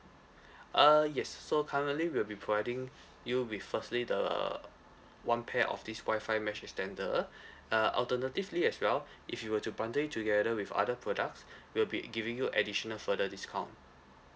uh yes s~ so currently we'll be providing you be firstly the uh one pair of this wifi mesh extender uh alternatively as well if you were to bundle it together with other products we'll be giving you additional further discount